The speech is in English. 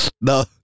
No